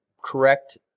correct